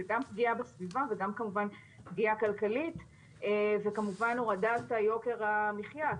שזה גם פגיעה בסביבה וגם כמובן פגיעה כלכלית וכמובן הורדת היוקר המחייה,